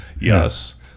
Yes